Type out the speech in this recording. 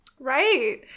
Right